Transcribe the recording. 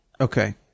Okay